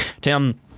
Tim